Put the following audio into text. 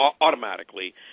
automatically